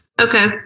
Okay